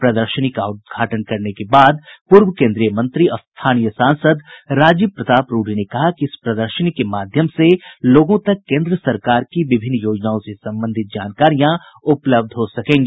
प्रदर्शनी का उद्घाटन करने के बाद पूर्व केन्द्रीय मंत्री और स्थानीय सांसद राजीव प्रताप रूडी ने कहा कि इस प्रदर्शनी के माध्यम से लोगों तक केन्द्र सरकार की विभिन्न योजनाओं से संबंधित जानकारियां उपलब्ध हो सकेंगी